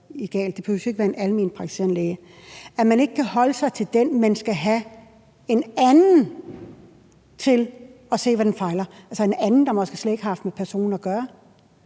det behøver jo ikke være fra en almenpraktiserende læge – så kan man ikke holde sig til den, men skal have en anden til at se, hvad man fejler, altså en anden, der måske slet ikke har haft med personen at gøre.